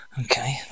Okay